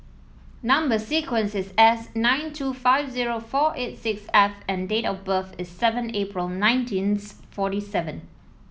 number sequence is S nine two five zero four eight six F and date of birth is seven April nineteenth forty seven